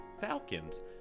Falcons